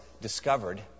discovered